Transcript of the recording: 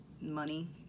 money